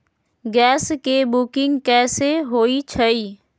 Gas के booking कैसे होईछई?